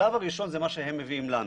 השלב הראשון זה מה שהם מביאים לנו,